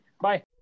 Bye